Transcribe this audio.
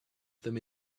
them